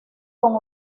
con